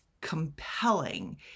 compelling